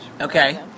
Okay